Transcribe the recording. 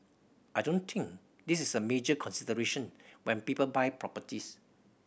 I don't think this is a major consideration when people buy properties